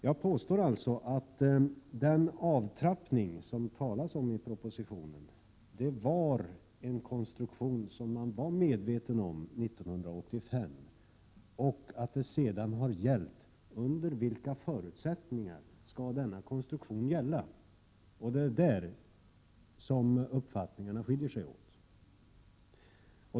Jag påstår alltså att den avtrappning som det talas om i propositionen var en konstruktion som man var medveten om 1985 och att det sedan har gällt under vilka förutsättningar denna konstruktion skall gälla. Det är där som uppfattningarna skiljer sig åt.